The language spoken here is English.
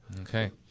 Okay